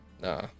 nah